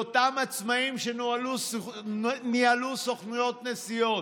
לאותם עצמאים שניהלו סוכנויות נסיעות,